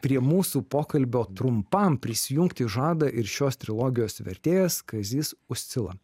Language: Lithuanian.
prie mūsų pokalbio trumpam prisijungti žada ir šios trilogijos vertėjas kazys uscila